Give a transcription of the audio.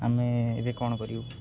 ଆମେ ଏବେ କ'ଣ କରିବୁ